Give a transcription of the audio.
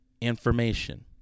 information